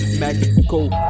magical